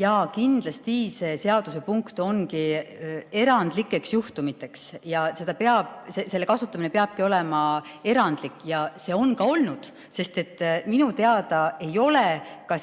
Jaa, kindlasti see seaduse punkt ongi erandlikeks juhtumiteks. Selle kasutamine peabki olema erandlik ja see on ka olnud. Minu teada ei ole